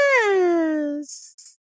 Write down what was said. yes